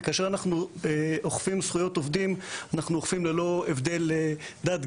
וכאשר אנחנו אוכפים זכויות עובדים אנחנו אוכפים ללא הבדל דת,